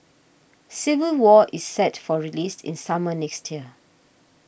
Civil War is set for release in summer next year